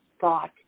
thought